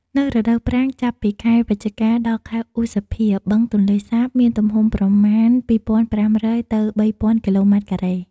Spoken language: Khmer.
នៅរដូវប្រាំង ចាប់ពីខែវិច្ឆិកា ដល់ខែឧសភា បឹងទន្លេសាបមានទំហំប្រមាណ ២.៥០០ ទៅ ៣.០០០ គីឡូម៉ែត្រការ៉េ។